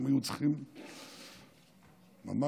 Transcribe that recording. איך